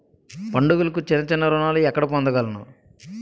పండుగలకు చిన్న చిన్న రుణాలు ఎక్కడ పొందగలను?